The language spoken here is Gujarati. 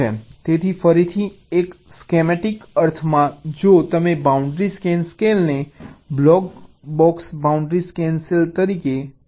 તેથી ફરીથી એક સ્કેમેટિક અર્થમાં જો તમે બાઉન્ડ્રી સ્કેન સેલને block box boundary scan cell તરીકે જુઓ